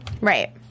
Right